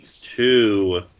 two